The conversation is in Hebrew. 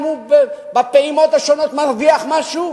אם בפעימות השונות הוא מרוויח משהו,